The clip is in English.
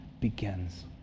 begins